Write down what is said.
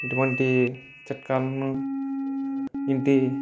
ఇటువంటి చిట్కాలను ఇంటి